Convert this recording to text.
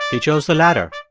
he chose the latter